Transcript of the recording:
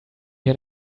had